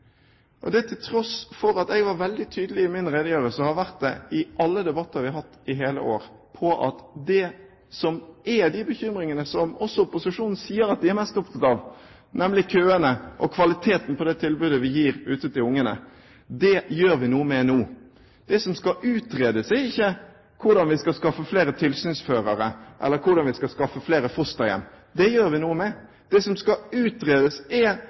til tross for at jeg var veldig tydelig i min redegjørelse og har vært det i alle debatter vi har hatt i hele år på at det som er de bekymringene som også opposisjonen sier at de er mest opptatt av, nemlig køene og kvaliteten på det tilbudet vi gir ute til barna, det gjør vi noe med nå. Det som skal utredes, er ikke hvordan vi skal skaffe flere tilsynsførere eller hvordan vi skal skaffe flere fosterhjem. Det gjør vi noe med. Det som skal utredes, er